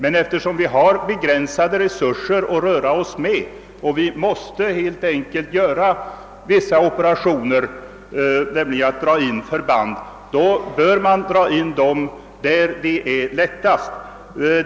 Men eftersom vi har begränsade resurser och helt enkelt måste företa vissa operationer, nämligen dra in förband, bör det göras där det lättast kan äga rum.